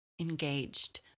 engaged